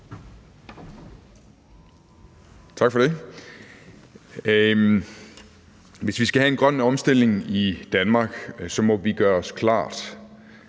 Tak for det. Hvis vi skal have en grøn omstilling i Danmark, må vi gøre os klart,